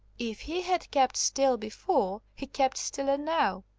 if he had kept still before, he kept stiller now.